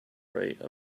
write